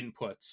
inputs